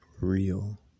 real